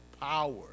power